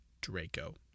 Draco